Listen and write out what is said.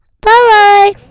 Bye